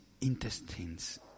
intestines